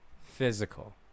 physical